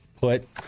put